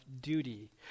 duty